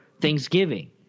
Thanksgiving